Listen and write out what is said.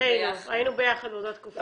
היינו ביחד בהריון.